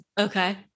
okay